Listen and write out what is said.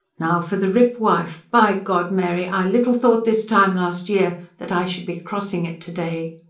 now for the rip, wife! by god, mary, i little thought this time last year, that i should be crossing it to-day.